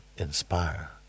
Inspire